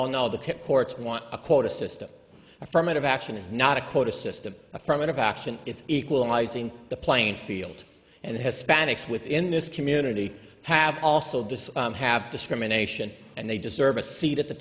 the courts want a quota system affirmative action is not a quota system affirmative action is equalizing the playing field and hispanics within this community have also does have discrimination and they deserve a seat at the